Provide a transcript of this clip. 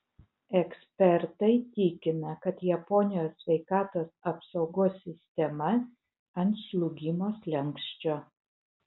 ekspertai tikina kad japonijos sveikatos apsaugos sistema ant žlugimo slenksčio